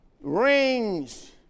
rings